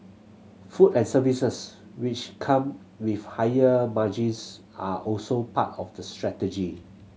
food and services which come with higher margins are also part of the strategy